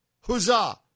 Huzzah